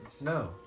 No